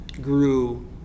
grew